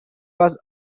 was